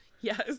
yes